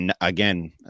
again